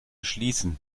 schließen